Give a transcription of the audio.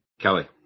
Kelly